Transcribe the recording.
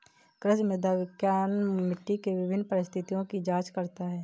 कृषि मृदा विज्ञान मिट्टी के विभिन्न परिस्थितियों की जांच करता है